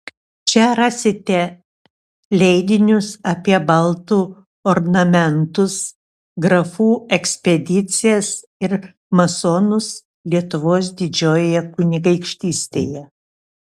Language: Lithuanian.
čia rasite leidinius apie baltų ornamentus grafų ekspedicijas ir masonus lietuvos didžiojoje kunigaikštystėje